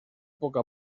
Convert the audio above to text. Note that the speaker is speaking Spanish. poco